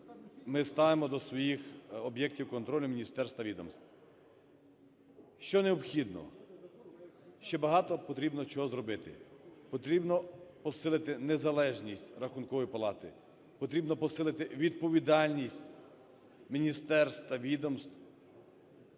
ми ставимо до своїх об'єктів контролю міністерств та відомств. Що необхідно? Ще багато потрібно чого зробити. Потрібно посилити незалежність Рахункової палати, потрібно посилити відповідальність міністерств та відомств